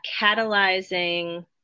catalyzing